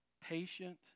patient